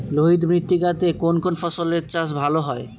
লোহিত মৃত্তিকা তে কোন কোন ফসলের চাষ ভালো হয়?